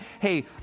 Hey